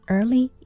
Early